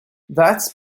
that’s